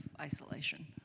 isolation